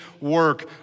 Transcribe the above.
work